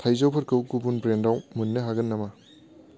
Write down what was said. थाइजौफोरखौ गुबुन ब्रेन्डाव मोन्नो हागोन नामा